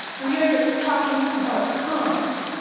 we are talking about cons,